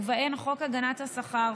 ובהן חוק הגנת השכר,